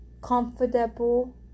comfortable